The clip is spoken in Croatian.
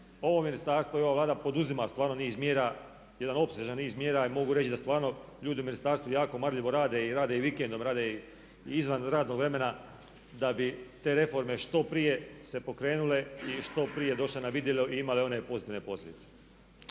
ovo Ministarstvo i ova Vlada poduzima stvarno niz mjera, jedan opsežan niz mjera i mogu reći da stvarno ljudi u Ministarstvu jako marljivo rade, rade i vikendom, rade i izvan radnog vremena da bi te reforme što prije se pokrenule i što prije došle na vidjelo i imale one pozitivne posljedice.